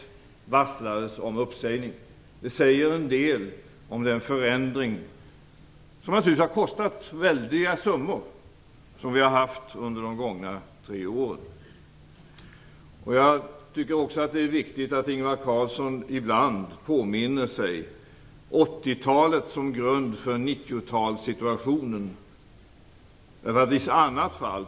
Det säger en del om den förändring - som naturligtvis har kostat väldiga summor - vilken vi har haft under de gångna tre åren. Jag tycker också att det är viktigt att Ingvar Carlsson ibland påminner sig 80-talet som grund för 90 talets situation.